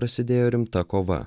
prasidėjo rimta kova